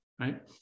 Right